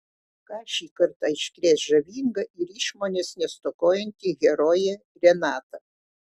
ką šį kartą iškrės žavinga ir išmonės nestokojanti herojė renata